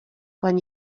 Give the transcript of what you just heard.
quan